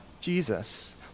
Jesus